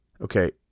Okay